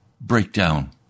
breakdown